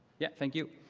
yeah, thank you.